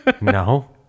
No